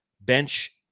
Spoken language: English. bench